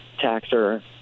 taxer